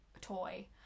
toy